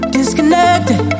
Disconnected